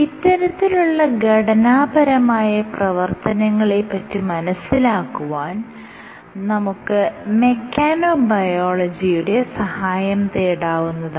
ഇത്തരത്തിലുള്ള ഘടനാപരമായ പ്രവർത്തനങ്ങളെ പറ്റി മനസ്സിലാക്കുവാൻ നമുക്ക് മെക്കാനൊബയോളജിയുടെ സഹായം തേടാവുന്നതാണ്